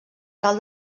tal